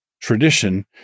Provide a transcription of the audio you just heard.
tradition